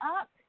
up